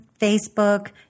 Facebook